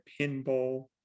pinball